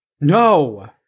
No